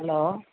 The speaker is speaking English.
hello